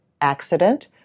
accident